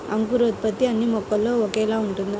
అంకురోత్పత్తి అన్నీ మొక్కల్లో ఒకేలా ఉంటుందా?